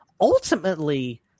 ultimately